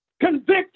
convicted